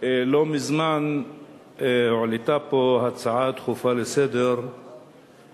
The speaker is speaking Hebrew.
לא מזמן הועלתה פה הצעה דחופה לסדר-היום